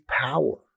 power